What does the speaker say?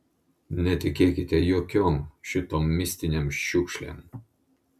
netikėkite jokiom šitom mistinėm šiukšlėm